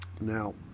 Now